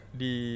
di